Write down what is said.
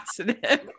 positive